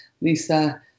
Lisa